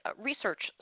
research